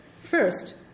First